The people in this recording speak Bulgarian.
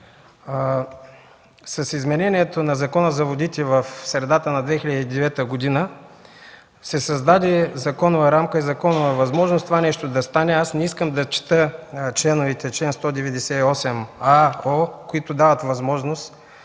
С изменението на Закона за водите в средата на 2009 г. се създаде законова рамка, законова възможност това нещо да стане. Аз не искам да чета текстовете на чл. 198а-о, които дават възможност